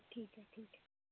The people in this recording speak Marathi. ठीक आहे ठीक आहे